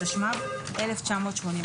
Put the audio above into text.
התשמ"ב-1982.